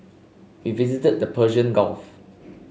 we visited the Persian Gulf